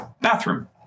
Bathroom